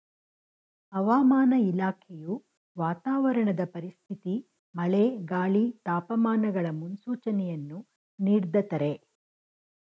ಹವಾಮಾನ ಇಲಾಖೆಯು ವಾತಾವರಣದ ಪರಿಸ್ಥಿತಿ ಮಳೆ, ಗಾಳಿ, ತಾಪಮಾನಗಳ ಮುನ್ಸೂಚನೆಯನ್ನು ನೀಡ್ದತರೆ